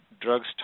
drugs